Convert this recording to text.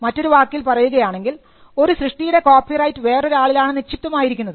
മറ്റൊരു വാക്കിൽ പറയുകയാണെങ്കിൽ ഒരു സൃഷ്ടിയുടെ കോപ്പിറൈറ്റ് വേറൊരാളിലാണ് നിക്ഷിപ്തമായിരിക്കുന്നത്